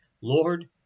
Lord